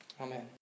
Amen